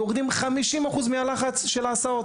יורדים 50% מההסעות.